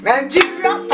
Nigeria